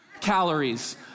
Calories